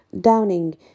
Downing